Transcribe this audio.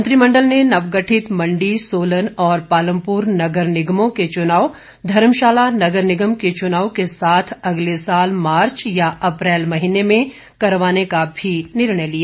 मंत्रिमण्डल ने नवगठित मण्डी सोलन और पालमपुर नगर निगमों के चुनाव धर्मशाला नगर निगम के चुनाव के साथ अगले साल मार्च या अप्रैल महीने में करवाने का भी निर्णय लिया